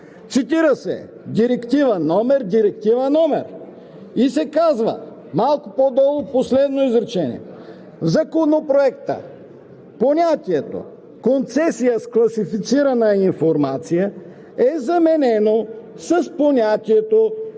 цитира се: Директива номер, Директива номер – и се казва малко по-долу, последно изречение – в Закона за концесиите понятието „концесия с класифицирана информация“ е заменено с понятието – моля